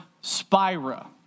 spira